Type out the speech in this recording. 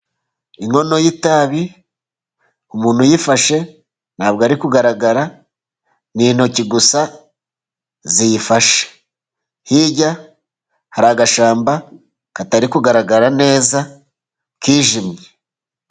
Inkono y'itabi, umuntu uyifashe nta bwo ari kugaragara, ni intoki gusa ziyifashe. Hirya hari agashyamba katari kugaragara neza kijimye.